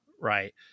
right